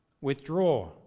withdraw